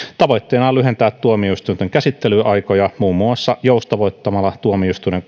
tavoitteena on lyhentää tuomioistuinten käsittelyaikoja muun muassa joustavoittamalla tuomioistuimen